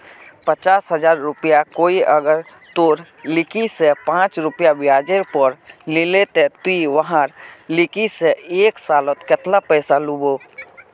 पचास हजार रुपया कोई अगर तोर लिकी से पाँच रुपया ब्याजेर पोर लीले ते ती वहार लिकी से एक सालोत कतेला पैसा लुबो?